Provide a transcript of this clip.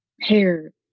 hair